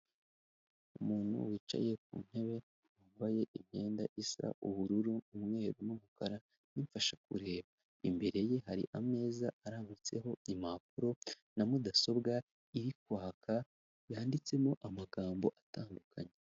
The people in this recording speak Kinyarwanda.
Umuntu wicaye ku ntebe wambaye imyenda isa ubururu, umweru n'umukara n'imfashakureba, imbere ye hari ameza arambitseho impapuro na mudasobwa iri kwaka yanditsemo amagambo atandukanye.